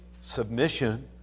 submission